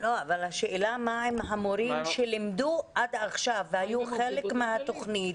השאלה מה עם המורים שלימדו עד עכשיו והיו חלק מהתוכנית.